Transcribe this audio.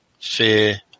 fear